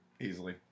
Easily